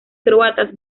croatas